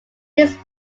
his